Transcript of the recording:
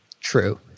True